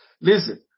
Listen